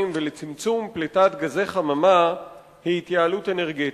ולצמצום פליטת גזי חממה היא התייעלות אנרגטית.